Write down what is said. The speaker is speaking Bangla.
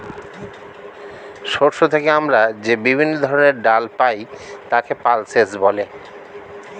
শস্য থেকে আমরা যে বিভিন্ন ধরনের ডাল পাই তাকে পালসেস বলে